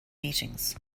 meetings